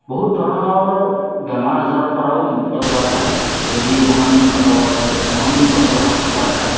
বহুত ধৰণৰ বেমাৰ আজাৰৰ পৰাও মুক্ত পোৱা যায় যদি মহানিম পাতৰ মহানিম গছৰ পাত খোৱা যায়